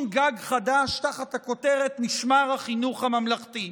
גג חדש תחת הכותרת משמר החינוך הממלכתי.